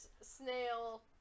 snail